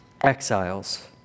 Exiles